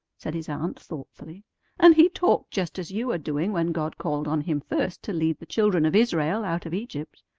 said his aunt thoughtfully and he talked just as you are doing when god called on him first to lead the children of israel out of egypt.